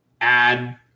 add